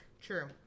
True